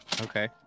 Okay